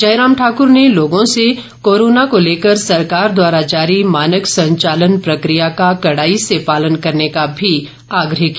जयराम ठाकर ने लोगों से कोरोना को लेकर सरकार द्वारा जारी मानक संचान प्रक्रिया का कड़ाई से पालन करने का भी आग्रह किया